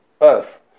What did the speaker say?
earth